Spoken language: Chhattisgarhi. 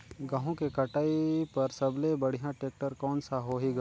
गहूं के कटाई पर सबले बढ़िया टेक्टर कोन सा होही ग?